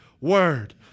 word